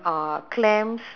very nice